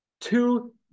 Two